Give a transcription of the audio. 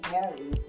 Harry